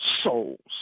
souls